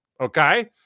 Okay